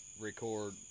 record